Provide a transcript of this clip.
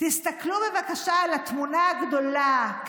תסתכלו בבקשה על התמונה הגדולה,